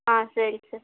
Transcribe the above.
ஆ சரி சார்